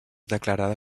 declarada